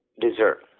dessert